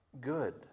good